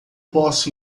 posso